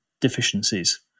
deficiencies